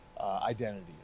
identity